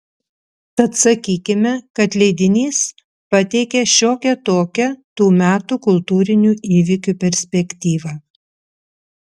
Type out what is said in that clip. tad sakykime kad leidinys pateikė šiokią tokią tų metų kultūrinių įvykių perspektyvą